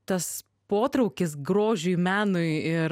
tas potraukis grožiui menui ir